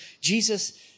Jesus